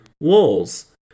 walls